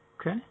Okay